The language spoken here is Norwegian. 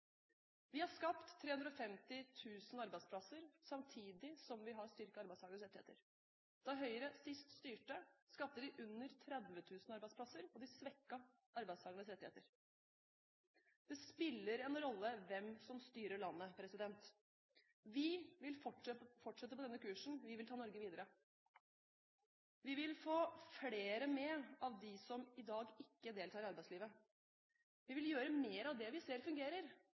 Vi har skapt 350 000 arbeidsplasser samtidig som vi har styrket arbeidstakernes rettigheter. Da Høyre sist styrte, skapte de under 30 000 arbeidsplasser, og de svekket arbeidstakernes rettigheter. Det spiller en rolle hvem som styrer landet. Vi vil fortsette på denne kursen, vi vil ta Norge videre. Vi vil få flere med av dem som i dag ikke deltar i arbeidslivet. Vi vil gjøre mer av det vi ser fungerer,